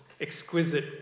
exquisite